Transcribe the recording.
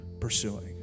pursuing